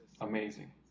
amazing